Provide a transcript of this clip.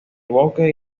bosque